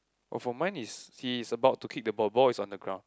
oh for mine it's he's about to kick the ball ball is on the ground